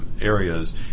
areas